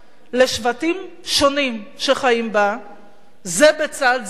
לשבטים שונים שחיים בה זה לצד זה.